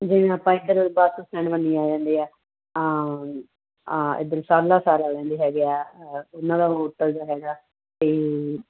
ਜਿਵੇਂ ਆਪਾਂ ਇੱਧਰ ਬੱਸ ਸਟੈਂਡ ਬੰਨੀ ਆ ਜਾਂਦੇ ਆ ਤਾਂ ਆ ਇੱਧਰ ਸਰਲਾ ਸਾਰਿਆਂ ਵਾਲਿਆਂ ਦੇ ਹੈਗੇ ਆ ਉਹਨਾਂ ਦਾ ਹੋਟਲ ਜਿਹਾ ਹੈਗਾ ਅਤੇ